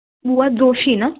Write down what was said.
बुवा दोशी ना